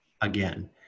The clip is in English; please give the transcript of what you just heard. again